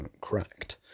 cracked